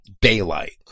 daylight